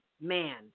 man